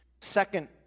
Second